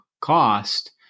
cost